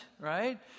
right